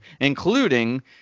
including